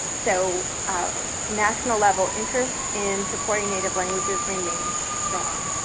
so national level interest in supporting native languages remains strong.